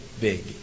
big